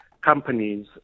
companies